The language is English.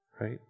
right